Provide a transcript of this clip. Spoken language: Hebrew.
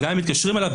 וגם אם מתקשרים אליו,